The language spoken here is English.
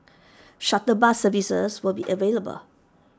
shuttle bus services will be available